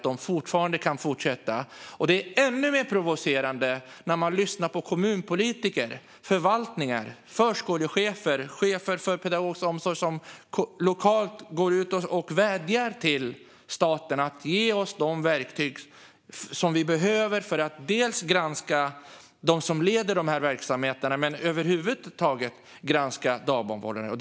Det blir ännu mer provocerande när man hör kommunpolitiker, förvaltningar, förskolechefer och chefer för pedagogisk omsorg som går ut lokalt och vädjar till staten att ge dem de verktyg som de behöver för att dels granska dem som leder dessa verksamheter, dels granska dagbarnvårdare över huvud taget.